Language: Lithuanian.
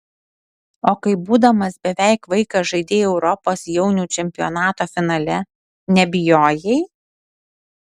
o kai būdamas beveik vaikas žaidei europos jaunių čempionato finale nebijojai